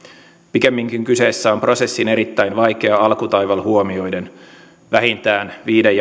pikemminkin kyseessä on prosessin erittäin vaikea alkutaival huomioiden vähintään viiden